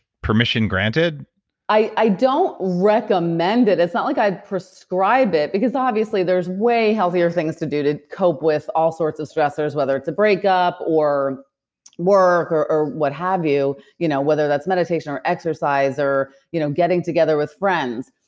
permission granted i don't recommend it. it's not like i'd prescribe it because obviously there's way healthier things to do to cope with all sorts of stressors, whether it's a breakup or work or or what have you, you know whether that's meditation or exercise or you know getting together with friends.